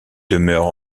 demeure